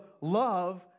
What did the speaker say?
love